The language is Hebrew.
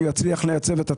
הוא יצליח לייצב את התדר.